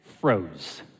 froze